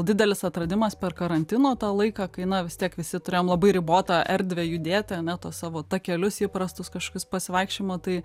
didelis atradimas per karantino tą laiką kai na vis tiek visi turėjom labai ribotą erdvę judėti ane tuos savo takelius įprastus kažkokius pasivaikščiojimo tai